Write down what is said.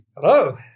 Hello